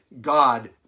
God